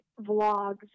vlogs